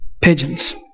pigeons